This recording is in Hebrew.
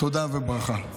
תודה וברכה.